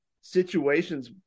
situations